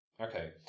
Okay